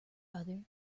other